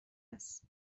هست